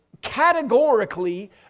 Categorically